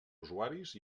usuaris